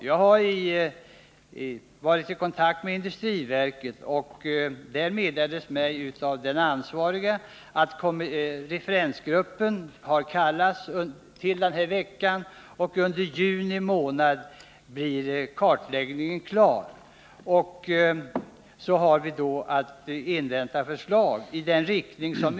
Jag har varit i kontakt med industriverket, och där meddelades det mig från ansvarigt håll att den tillsatta referensgruppen har kallats till sammanträde den här veckan och att kartläggningen blir klar under juni månad.